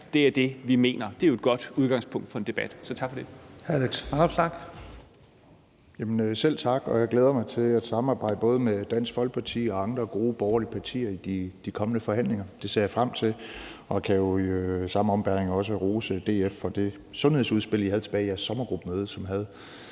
Her er det, vi mener. Det er jo et godt udgangspunkt for en debat, så tak for det.